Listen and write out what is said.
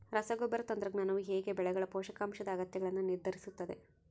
ರಸಗೊಬ್ಬರ ತಂತ್ರಜ್ಞಾನವು ಹೇಗೆ ಬೆಳೆಗಳ ಪೋಷಕಾಂಶದ ಅಗತ್ಯಗಳನ್ನು ನಿರ್ಧರಿಸುತ್ತದೆ?